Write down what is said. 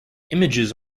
images